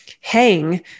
hang